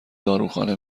داروخانه